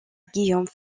guillaume